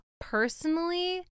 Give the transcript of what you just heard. personally